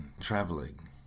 traveling